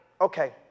okay